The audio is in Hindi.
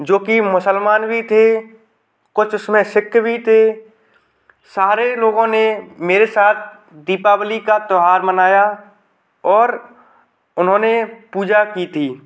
जो कि मुसलमान भी थे कुछ उसमें सिक्ख भी थे सारे लोगो ने मेरे साथ दीपावली का त्यौहार मनाया और उन्होंने पूजा की थी